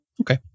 Okay